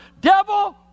Devil